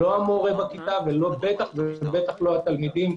לא המורה בכיתה ובטח לא התלמידים.